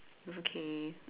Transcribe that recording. okay